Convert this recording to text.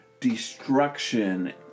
Destruction